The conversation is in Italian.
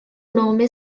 nome